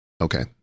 Okay